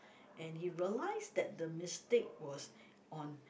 and he realize that the mistake was on